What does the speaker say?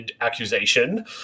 accusation